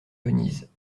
venise